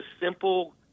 simple